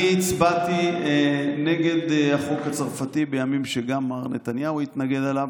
אני הצבעתי נגד החוק הצרפתי בימים שגם מר נתניהו התנגד אליו,